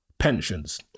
Pensions